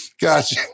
Gotcha